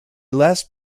less